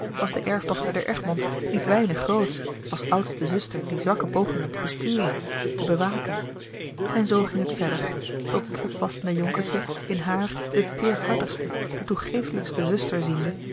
was de erfdochter der egmonds niet weinig grootsch als oudste zuster de zwakke pogingen te besturen te bewaken en zoo ging het verder tot het opwassende jonkertje in haar de teêrhartigste de toegeeflijkste zuster ziende